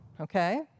Okay